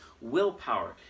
willpower